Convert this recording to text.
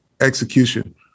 execution